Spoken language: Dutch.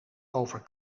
over